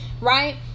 right